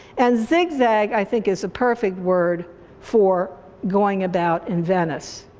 and zigzag i think is a perfect word for going about in venice.